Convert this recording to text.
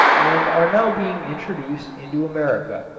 and are now being introduced into america.